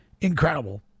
incredible